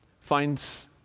finds